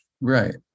right